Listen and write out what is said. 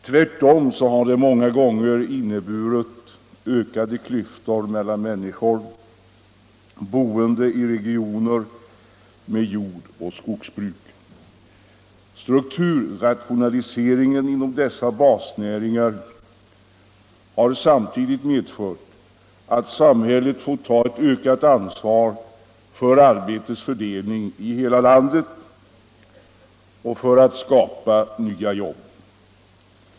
Tvärtom har den många gånger inneburit ökade klyftor mellan människor boende i regioner med jordoch skogsbruk. Strukturrationaliseringen inom dessa basnäringar har samtidigt medfört, att samhället fått ta ett ökat ansvar för arbetets fördelning i hela landet och för att skapa nya jobb.